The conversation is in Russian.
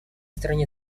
стране